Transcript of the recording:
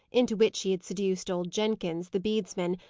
into which he had seduced old jenkins, the bedesman,